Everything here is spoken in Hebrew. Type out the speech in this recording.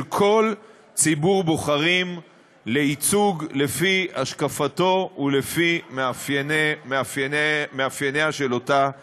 כל ציבור בוחרים לייצוג לפי השקפתו ולפי מאפייניה של אותה קהילה.